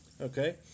Okay